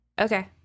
Okay